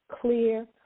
clear